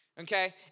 Okay